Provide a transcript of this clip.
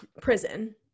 prison